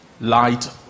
light